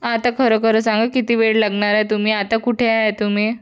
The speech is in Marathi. आता खरं खरं सांगा किती वेळ लागणार आहे तुम्ही आता कुठे आहे तुम्ही